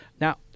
Now